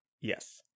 Yes